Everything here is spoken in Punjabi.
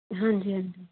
ਹਾਂਜੀ ਹਾਂਜੀ